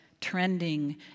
trending